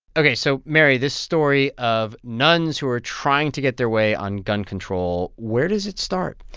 ok, so mary, this story of nuns who are trying to get their way on gun control where does it start?